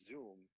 Zoom